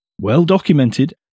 well-documented